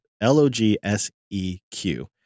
L-O-G-S-E-Q